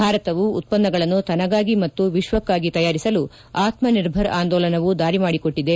ಭಾರತವು ಉತ್ಪನ್ನಗಳನ್ನು ತನಗಾಗಿ ಮತ್ತು ವಿಶ್ವಕ್ಕಾಗಿ ತಯಾರಿಸಲು ಆತ್ಮನಿರ್ಭರ್ ಆಂದೋಲನವು ದಾರಿ ಮಾಡಿಕೊಟ್ಟಿದೆ